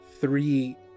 three